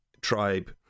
tribe